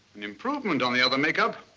an improvement on the other make-up.